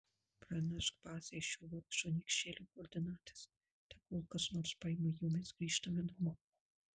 pranešk bazei šio vargšo niekšelio koordinates tegul kas nors paima jį o mes grįžtame namo